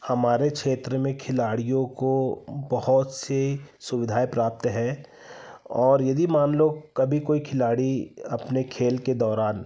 हमारे क्षेत्र में खिलाड़ियों को बहुत से सुविधाएँ प्राप्त हैं और यदि मान लो कभी कोई खिलाड़ी अपने खेल के दौरान